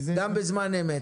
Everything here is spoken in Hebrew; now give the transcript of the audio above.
גם בזמן אמת.